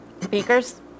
Speakers